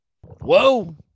Whoa